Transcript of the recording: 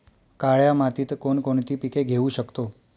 काळ्या मातीत कोणकोणती पिके घेऊ शकतो?